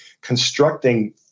constructing